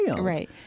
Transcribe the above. Right